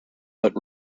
but